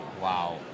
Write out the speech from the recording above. Wow